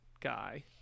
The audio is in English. guy